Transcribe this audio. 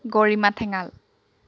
গৰিমা ঠেঙাল